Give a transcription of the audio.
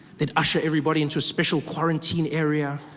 they'd usher everybody into a special quarantine area.